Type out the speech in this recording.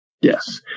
Yes